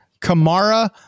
Kamara